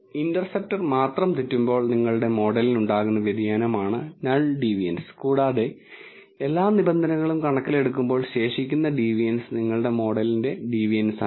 interceptor മാത്രം തെറ്റുമ്പോൾ നിങ്ങളുടെ മോഡലിന് ഉണ്ടാകുന്ന വ്യതിയാനമാണ് നൾ ഡീവിയൻസ് കൂടാതെ എല്ലാ നിബന്ധനകളും കണക്കിലെടുക്കുമ്പോൾ ശേഷിക്കുന്ന ഡീവിയൻസ് നിങ്ങളുടെ മോഡലിന്റെ ഡീവിയൻസാണ്